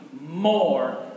more